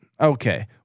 Okay